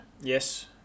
yes